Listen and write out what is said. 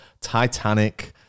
Titanic